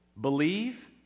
believe